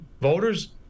voters